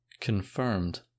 confirmed